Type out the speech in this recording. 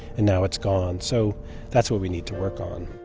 and now it's gone so that's what we need to work on.